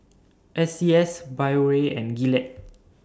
S C S Biore and Gillette